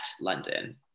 london